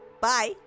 bye